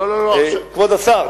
כבוד השר,